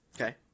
Okay